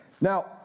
Now